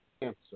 answer